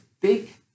big